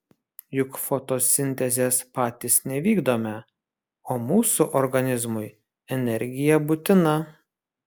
juk fotosintezės patys nevykdome o mūsų organizmui energija būtina